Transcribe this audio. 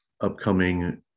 upcoming